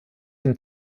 den